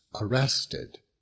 arrested